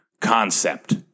concept